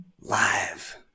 Live